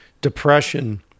depression